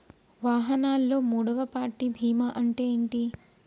వాహనాల్లో మూడవ పార్టీ బీమా అంటే ఏంటి?